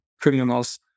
criminals